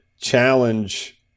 challenge